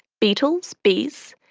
beetles, bees,